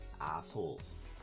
assholes